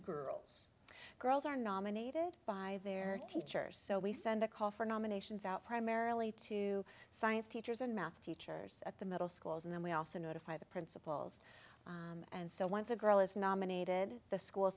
girls girls are nominated by their teacher so we send a call for nominations out primarily to science teachers in math teachers at the middle schools and then we also notify the principals and so once a girl is nominated the school